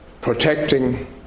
protecting